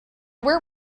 where